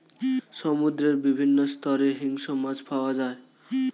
সমুদ্রের বিভিন্ন স্তরে হিংস্র মাছ পাওয়া যায়